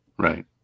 right